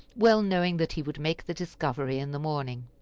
well knowing that he would make the discovery in the morning.